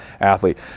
athlete